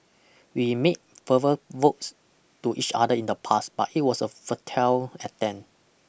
we made verbal votes to each other in the past but it was a futile attempt